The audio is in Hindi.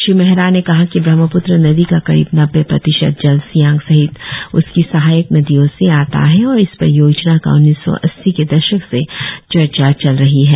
श्री मेहरा ने कहा कि ब्रम्हाप्त्र नदी का करीब नब्बे प्रतिशत जल सियांग सहित उसकी सहायक नदियों से आता है और इस परियोजना का उन्नीस सौ अस्सी के दशक से चर्चा चल रही है